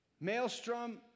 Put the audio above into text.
maelstrom